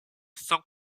sans